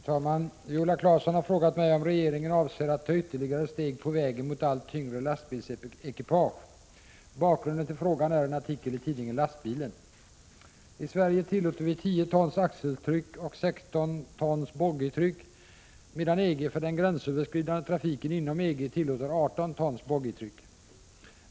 Fru talman! Viola Claesson har frågat mig om regeringen avser att ta ytterligare steg på vägen mot allt tyngre lastbilsekipage. Bakgrunden till frågan är en artikel i tidningen Lastbilen. I Sverige tillåter vi 10 tons axeltryck och 16 tons boggitryck, medan EG för den gränsöverskridande trafiken inom EG tillåter 18 tons boggitryck.